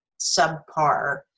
subpar